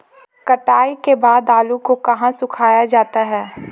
कटाई के बाद आलू को कहाँ सुखाया जाता है?